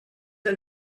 and